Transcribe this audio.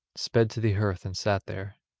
sped to the hearth and sat there,